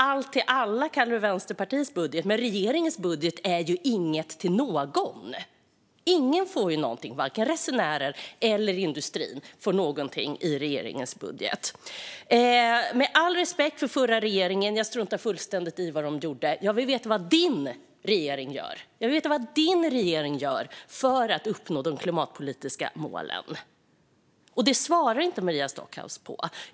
"Allt till alla" säger ledamoten om Vänsterpartiets budget, men regeringens budget ger ju inget till någon! Ingen får någonting - varken resenärerna eller industrin. Med all respekt för den förra regeringen struntar jag fullständigt i vad den gjorde. Jag vill veta vad ledamotens regering gör för att uppnå de klimatpolitiska målen, men det svarar inte Maria Stockhaus på.